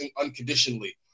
unconditionally